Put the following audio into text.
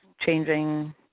changing